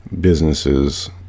businesses